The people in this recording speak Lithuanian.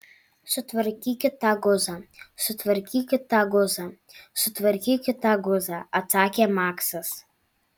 sutvarkykit tą guzą sutvarkykit tą guzą sutvarkykit tą guzą atsakė maksas